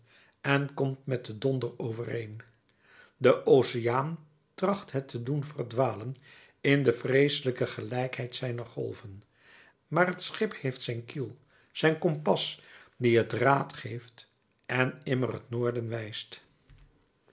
en komt met den donder overeen de oceaan tracht het te doen verdwalen in de vreeselijke gelijkheid zijner golven maar het schip heeft zijn ziel zijn kompas die het raad geeft en immer het noorden wijst